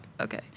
okay